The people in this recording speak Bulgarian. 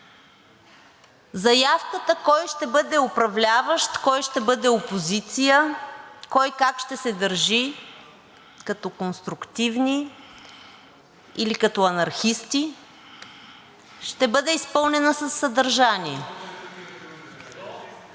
Заявката кой ще бъде управляващ, кой ще бъде опозиция, кой как ще се държи – като конструктивни или като анархисти, ще бъде изпълнена със съдържание.